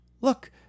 look